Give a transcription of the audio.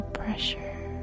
pressure